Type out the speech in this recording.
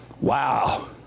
Wow